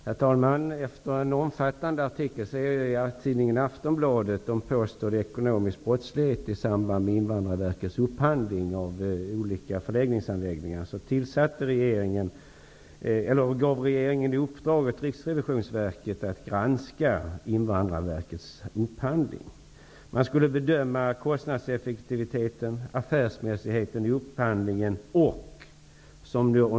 Herr talman! Efter en omfattande artikelserie i tidningen Atonbladet om påstådd ekonomisk brottslighet i samband med Invandrarverkets upphandling av olika flyktingförläggningar gav regeringen Riksrevisionsverket i uppdrag att granska Invandrarverkets upphandling. Kostnadseffektiviteten och affärsmässigheten i upphandlingen skulle bedömas.